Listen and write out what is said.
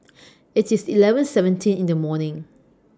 IT IS eleven seventeen in The evening